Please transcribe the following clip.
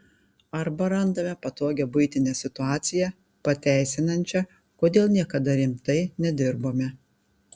arba randame patogią buitinę situaciją pateisinančią kodėl niekada rimtai nedirbome